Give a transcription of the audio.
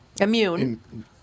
immune